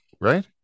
right